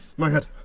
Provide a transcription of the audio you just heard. my head